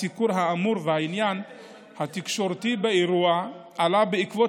הסיקור האמור והעניין התקשורתי באירוע עלה בעקבות